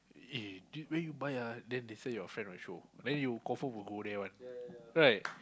eh dude where you buy eh then this one your friend will show then you confirm will go there [one] right